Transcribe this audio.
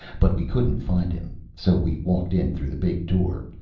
but we couldn't find him. so we walked in through the big door,